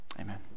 Amen